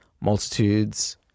Multitudes